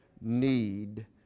need